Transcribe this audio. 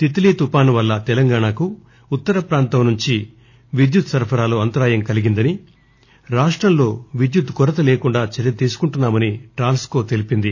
తిత్లీ తుపాను వల్ల తెలంగాణకు ఉత్తరప్రాంతం నుంచి విద్యుత్ సరఫరాలో అంతరాయం కల్గిందని రాష్టంలో సరఫరాకు అంతరాయం కలగకుండా చర్యలు తీసుకుంటున్నా మని ట్రాన్స్ కో తెలిపింది